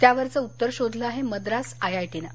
त्यावरचं उत्तर शोधलंय मद्रास आयआयटीनं